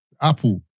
Apple